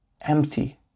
Empty